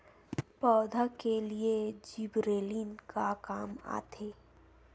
पौधा के लिए जिबरेलीन का काम आथे?